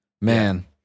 Man